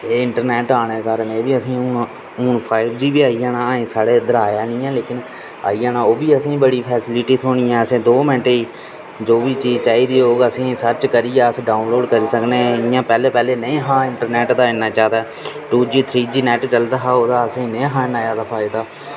एह् इंटरनैट्ट आने दे कारण एह् असेंगी हून फाईव जी बी आई जाना अजें साढ़े इद्दर आया नीं ऐ लेकिन आई जाना ओह् बी असेंगी बड़ी फैसलिटी थ्होनी असें दो मैंटें गी जो बी चीज चाहिदी होग ओह् असेंगी सर्च करियै डाऊनलोड सकने इ'यां पैह्ले पैह्ले नेईं ही इंटरनैट्ट दा इन्ना ज्याद two G three G net चलदा हा ओह्दा नेईं हा असेंगी इन्ना ज्यादा फायदा